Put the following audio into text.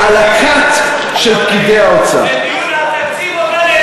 תענה פעם אחת מה יהיה עם המספרים של הביטוח הלאומי,